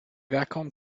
wacom